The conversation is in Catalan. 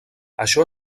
això